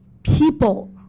People